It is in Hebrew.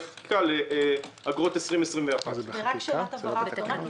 חקיקה לגבי אגרות שנת 2021. רק שאלת הבהרה קטנה,